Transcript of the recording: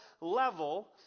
level